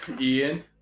Ian